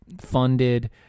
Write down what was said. funded